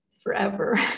forever